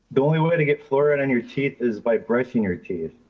the only way to get fluoride on your teeth is by brushing your teeth.